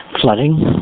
Flooding